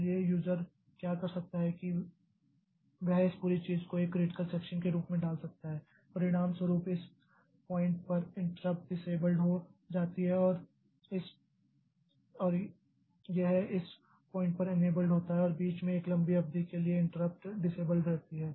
इसलिए यूज़र क्या कर सकता है कि वह इस पूरी चीज को एक क्रिटिकल सेक्षन के रूप में डाल सकता है परिणामस्वरूप इस पॉइंट पर इंट्रप्ट डिसेबल्ड हो जाती है और यह इस पॉइंट पर एनेबल्ड होता है और बीच में एक लंबी अवधि के लिए इंट्रप्ट डिसेबल्ड रहती है